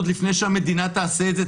עוד לפני שהמדינה תעשה את זה,